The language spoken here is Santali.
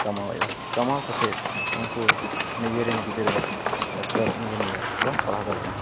ᱠᱟᱢᱟᱣᱮᱫᱼᱟ ᱠᱟᱢᱟᱣ ᱠᱟᱛᱮᱫ ᱩᱱᱠᱩ ᱱᱤᱡᱮᱨᱮᱱ ᱜᱤᱫᱽᱨᱟᱹ ᱰᱟᱠᱛᱟᱨ ᱤᱧᱡᱤᱱᱤᱭᱟᱨ ᱠᱚ ᱯᱟᱲᱦᱟᱣ ᱫᱟᱲᱮᱭᱟᱜᱼᱟ